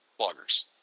Bloggers